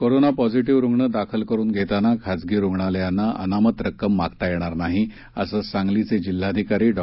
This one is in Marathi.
कोरोना पॉंझिटीव्ह रुग्ण दाखल करून घेताना खासगी रुग्णालयांना अनामत रक्कम मागता येणार नाही असं सांगलीचे जिल्हाधिकारी डॉ